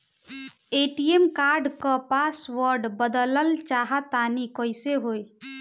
ATM card क password बदलल चाहा तानि कइसे होई?